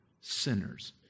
sinners